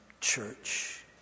church